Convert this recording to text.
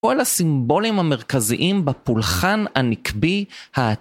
כל הסימבולים המרכזיים בפולחן הנקבי ה